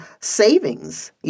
savings